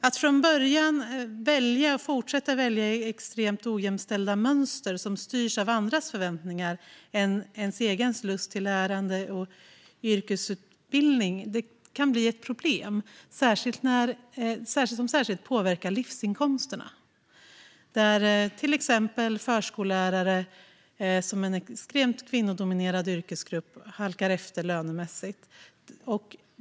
Att från början välja och fortsätta att välja i extremt ojämställda mönster som styrs mer av andras förväntningar än av ens egen lust till lärande och yrkesutbildning kan bli ett problem, särskilt eftersom det kan påverka livsinkomsterna. Exempelvis förskollärare, som är en extremt kvinnodominerad yrkesgrupp, halkar efter lönemässigt.